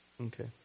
Okay